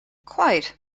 quite